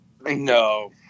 No